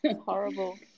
Horrible